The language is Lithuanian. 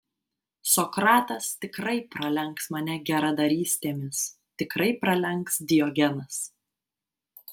sokratas tikrai pralenks mane geradarystėmis tikrai pralenks diogenas